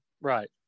Right